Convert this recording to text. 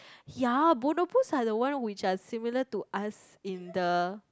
ya bonobos are the one which are similar to us in the